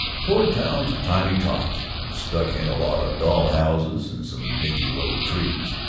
toy town for tiny tots and stuck in a lot of doll houses and some dinky little trees,